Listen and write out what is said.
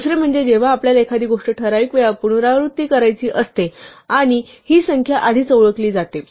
दुसरे म्हणजे जेव्हा आपल्याला एखादी गोष्ट ठराविक वेळा पुनरावृत्ती करायची असते आणि ही संख्या आधीच ओळखली जाते